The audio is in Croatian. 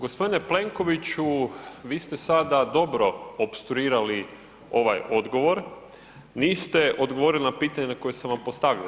Gospodine Plenkoviću, vi ste sada dobro opstruirali ovaj odgovor, niste odgovorili na pitanje koje sam vam postavio.